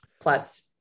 Plus